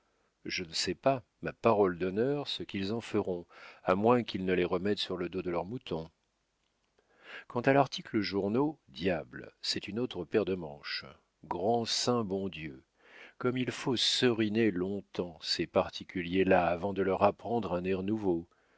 je ne sais pas ma parole d'honneur ce qu'ils en feront à moins qu'ils ne les remettent sur le dos de leurs moutons quant à larticle journaux diable c'est une autre paire de manches grand saint bon dieu comme il faut seriner long-temps ces particuliers là avant de leur apprendre un air nouveau